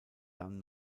dann